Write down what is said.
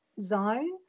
zone